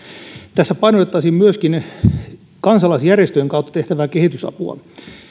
tässä painotettaisiin myöskin kansalaisjärjestöjen kautta tehtävää kehitysapua